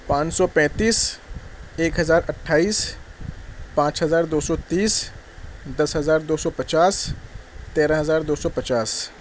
پانچ سو پینتیس ایک ہزار اٹھائیس پانچ ہزار دو سو تیس دس ہزار دو سو پچاس تیرہ ہزار دو سو پچاس